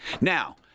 Now